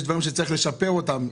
יש דברים שצריך לשפר אותם,